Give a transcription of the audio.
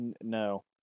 no